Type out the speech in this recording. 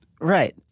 Right